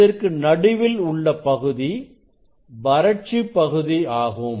இதற்கு நடுவில் உள்ளது வறட்சிப் பகுதி ஆகும்